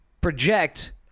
project